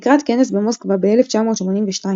לקראת כנס במוסקבה ב-1982,